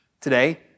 today